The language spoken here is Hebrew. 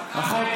לא יכול להיות,